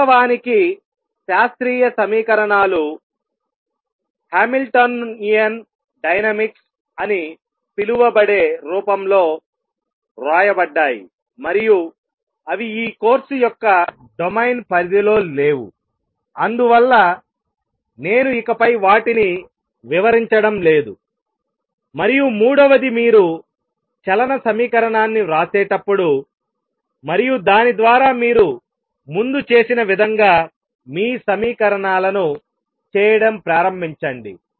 వాస్తవానికి శాస్త్రీయ సమీకరణాలు హామిల్టోనియన్ డైనమిక్స్ అని పిలువబడే రూపంలో వ్రాయబడ్డాయి మరియు అవి ఈ కోర్సు యొక్క డొమైన్ పరిధి లో లేవు అందువల్ల నేను ఇకపై వాటిని వివరించడం లేదు మరియు మూడవది మీరు చలన సమీకరణాన్ని వ్రాసేటప్పుడు మరియు దాని ద్వారా మీరు ముందు చేసిన విధంగా మీ సమీకరణాలను చేయడం ప్రారంభించండి